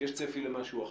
יש צפי למשהו אחר.